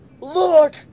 Look